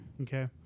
Okay